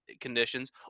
conditions